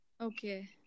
Okay